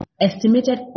estimated